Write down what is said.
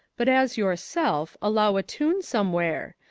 but as your self, allow a tune somewhere.